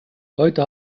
heute